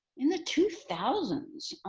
in the two thousand